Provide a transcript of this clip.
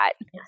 Yes